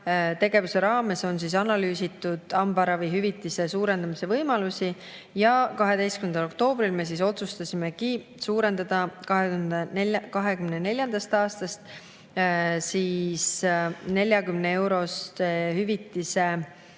Tegevuse raames on analüüsitud hambaravihüvitise suurendamise võimalusi ja 12. oktoobril me otsustasimegi suurendada 2024. aastast 40-eurost hüvitist